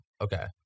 Okay